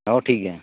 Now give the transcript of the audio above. ᱚ ᱴᱷᱤᱠ ᱜᱮᱭᱟ